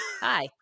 hi